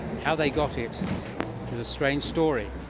how they got it is a strange story.